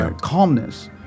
Calmness